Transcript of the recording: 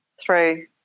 Three